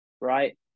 right